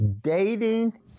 Dating